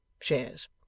Shares